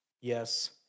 Yes